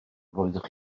roeddech